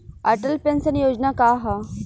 Atal pension Yojana का ह?